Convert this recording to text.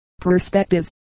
PERSPECTIVE